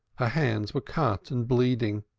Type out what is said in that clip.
her hands were cut and bleeding.